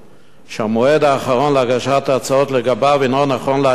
שהמועד האחרון להגשת הצעות לגביו הוא, נכון להיום,